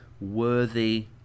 worthy